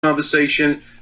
conversation